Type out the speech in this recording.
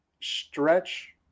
Stretch